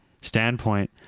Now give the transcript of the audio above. standpoint